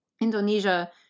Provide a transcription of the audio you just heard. Indonesia